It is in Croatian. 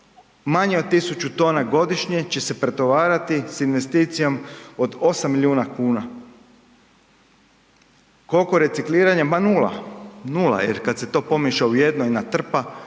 Manje od 1000 tona godišnje će se pretovarati sa investicijom od 8 milijuna kuna. Koliko recikliranja, ma nula, nula jer kad se to pomiješa u jedno i natrpa